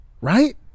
Right